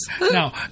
Now